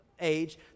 age